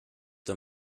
the